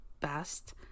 best